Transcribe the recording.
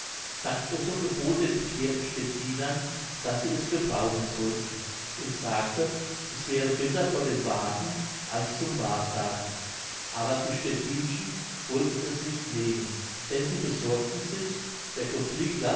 st otto gebot den bekehrten stettinern daß sie es gebrauchen sollten und sagte es wäre besser vor dem wagen als zum wahrsagen aber die stettinschen wollten es nicht nehmen denn sie besorgten sich der gott